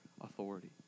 authority